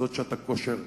זאת שאתה קושר.